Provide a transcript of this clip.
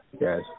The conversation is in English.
Yes